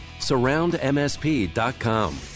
Surroundmsp.com